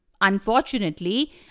Unfortunately